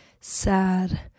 sad